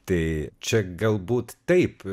tai čia galbūt taip